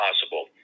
possible